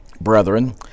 brethren